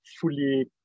fully